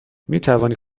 میتوانی